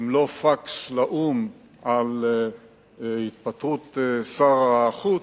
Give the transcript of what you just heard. אם לא פקס לאו"ם על התפטרות שר החוץ,